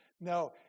No